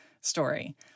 story